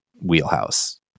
wheelhouse